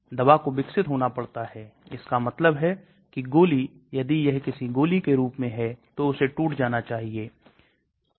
अब हमने घुलनशीलता कि अवधारणा को देखा है हमने पारगम्यता की अवधारणा को देखा है